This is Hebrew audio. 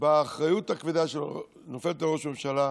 את האחריות הכבדה שנופלת על ראש הממשלה.